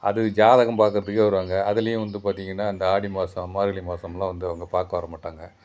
அது ஜாதகம் பார்க்குறத்துக்கே வருவாங்க அதுலேயும் வந்து பார்த்தீங்கனா இந்த ஆடி மாதம் மார்கழி மாதம்லாம் வந்து அவங்க பார்க்க வர மாட்டாங்க